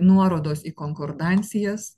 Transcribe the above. nuorodos į konkordancijas